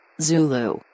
Zulu